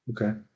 Okay